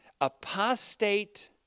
Apostate